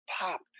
Pop